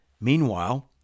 meanwhile